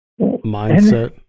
mindset